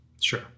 Sure